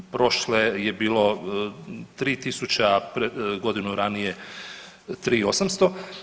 Prošle je bilo 3 tisuće, a godinu ranije 3 i 800.